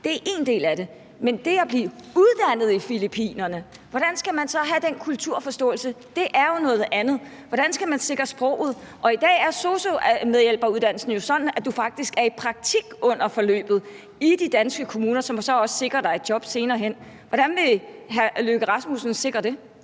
Det er én del af det. Det er noget andet at blive uddannet i Filippinerne. Hvordan skal man så have den kulturforståelse? Det er jo noget andet. Hvordan skal man sikre sproget? I dag er sosu-medhjælper-uddannelsen jo sådan, at du faktisk er i praktik under forløbet i de danske kommuner, som så også sikrer dig et job senere hen. Hvordan vil hr. Lars Løkke Rasmussen sikre det?